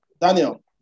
Daniel